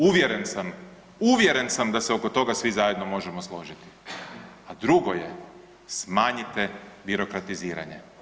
Uvjeren sam, uvjeren sam da se oko toga svi zajedno možemo složiti, a drugo je smanjite birokratiziranje.